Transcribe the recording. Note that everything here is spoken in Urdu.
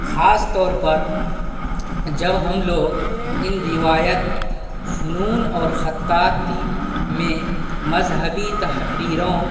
خاص طور پر جب ہم لوگ ان روایت فنون اور خطاطی میں مذہبی تحریروں